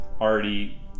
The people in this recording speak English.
already